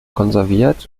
konserviert